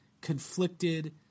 conflicted